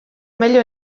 meglio